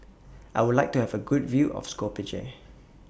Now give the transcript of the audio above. I Would like to Have A Good View of Skopje